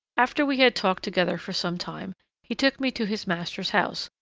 after we had talked together for some time he took me to his master's house,